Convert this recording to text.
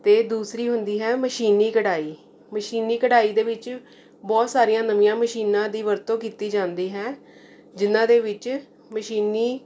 ਅਤੇ ਦੂਸਰੀ ਹੁੰਦੀ ਹੈ ਮਸ਼ੀਨੀ ਕਢਾਈ ਮਸ਼ੀਨੀ ਕਢਾਈ ਦੇ ਵਿੱਚ ਬਹੁਤ ਸਾਰੀਆਂ ਨਵੀਆਂ ਮਸ਼ੀਨਾਂ ਦੀ ਵਰਤੋਂ ਕੀਤੀ ਜਾਂਦੀ ਹੈ ਜਿਹਨਾਂ ਦੇ ਵਿੱਚ ਮਸ਼ੀਨੀ